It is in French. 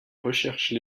recherche